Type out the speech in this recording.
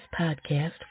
Podcast